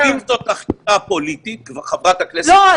אם זאת החלטה פוליטית --- לא,